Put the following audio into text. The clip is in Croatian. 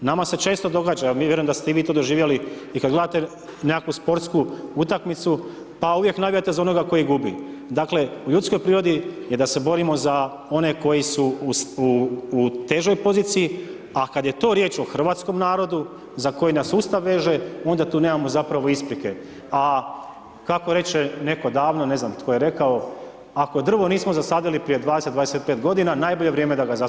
Nama se često događa, evo mi vjerujem da ste i vi to doživjeli i kad gledate nekakvu sportsku utakmicu pa uvijek navijate za onoga koji gubi, dakle u ljudskoj prirodi je da se borimo za one koji su u težoj poziciji, a kad je to riječ o hrvatskom narodu za koji nas Ustav veže onda tu nemamo zapravo isprike, a kako reće neko davno ne znam tko je rekao, ako drvo nismo zasadili prije 20, 25 godina najbolje vrijeme da ga zasadimo sada.